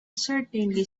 certainly